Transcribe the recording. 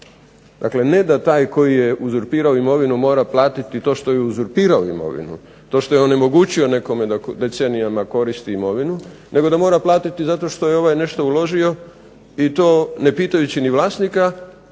Dakle, ne da taj koji je uzurpirao imovinu mora platiti to što je uzurpirao imovinu, to što je onemogućio nekome da decenijama koristi imovinu nego da mora platiti zato što je ovaj nešto uložio i to ne pitajući ni vlasnika